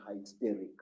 hysterical